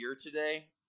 today